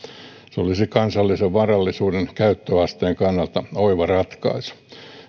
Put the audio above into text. se olisi kansallisen varallisuuden käyttöasteen kannalta oiva ratkaisu